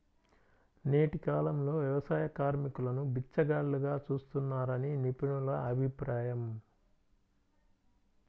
నేటి కాలంలో వ్యవసాయ కార్మికులను బిచ్చగాళ్లుగా చూస్తున్నారని నిపుణుల అభిప్రాయం